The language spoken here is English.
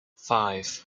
five